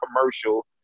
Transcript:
commercial